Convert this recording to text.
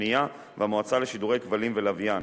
השנייה והמועצה לשידורי כבלים ולוויין.